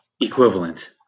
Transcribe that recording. equivalent